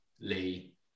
Lee